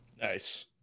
Nice